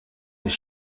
des